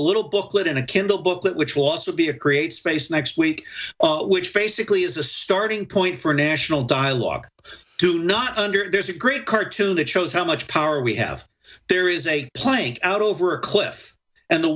little booklet in a kindle booklet which will also be a create space next week which basically is a starting point for a national dialogue to not under the great cartoon it shows how much power we have there is a play out over a cliff and the